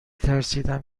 ترسیدم